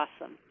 awesome